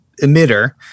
emitter